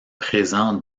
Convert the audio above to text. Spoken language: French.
présent